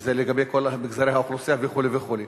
שזה לגבי כל מגזרי האוכלוסייה וכו' וכו'.